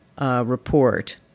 report